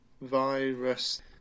virus